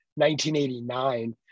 1989